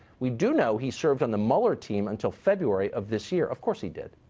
weave do know he served on the mueller team until february of this year. of course he did.